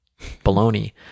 baloney